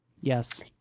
yes